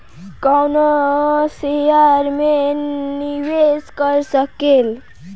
कवनो शेयर मे निवेश कर सकेल